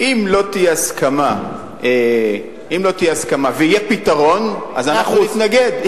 אם לא תהיה הסכמה ויהיה פתרון, אז אנחנו נתמוך.